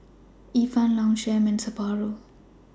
Ifan Longchamp and Sapporo